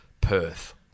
Perth